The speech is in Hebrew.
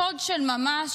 שוד של ממש,